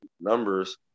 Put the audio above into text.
numbers